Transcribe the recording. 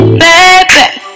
baby